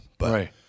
Right